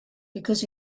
because